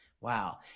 Wow